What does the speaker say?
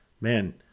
man